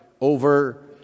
over